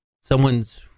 someone's